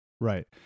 right